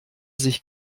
sich